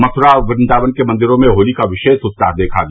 मथुरा और वृन्दावन के मंदिरो में होली का विशेष उत्साह देखा गया